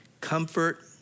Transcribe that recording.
Comfort